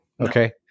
Okay